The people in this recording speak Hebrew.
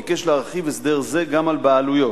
ביקש להרחיב הסדר זה גם על בעלויות,